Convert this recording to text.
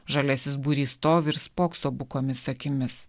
žaliasis būrys stovi ir spokso bukomis akimis